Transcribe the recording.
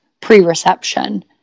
pre-reception